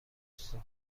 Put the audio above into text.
استخون